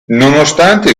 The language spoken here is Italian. nonostante